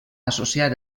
associar